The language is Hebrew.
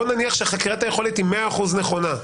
בוא נניח שחקירת היכולת היא 100% נכונה,